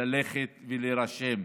ללכת ולהירשם.